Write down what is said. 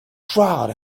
crowd